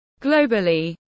globally